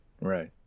Right